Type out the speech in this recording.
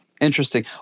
Interesting